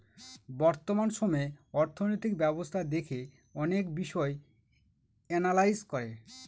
বর্তমান সময়ে অর্থনৈতিক ব্যবস্থা দেখে অনেক বিষয় এনালাইজ করে